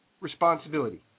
responsibility